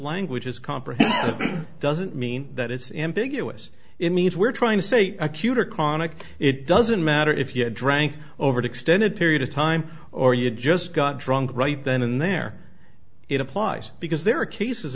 language is comprehensive doesn't mean that it's him big us it means we're trying to say acute or chronic it doesn't matter if you drank over the extended period of time or you just got drunk right then and there it applies because there are cases